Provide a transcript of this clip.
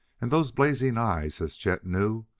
and those blazing eyes, as chet knew,